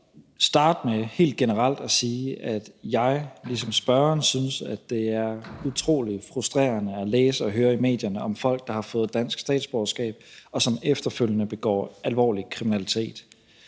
jeg ligesom spørgeren synes, at det er utrolig frustrerende at læse og høre i medierne om folk, der har fået dansk statsborgerskab, og som efterfølgende begår alvorlig kriminalitet.